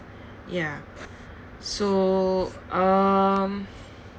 ya so um